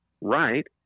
right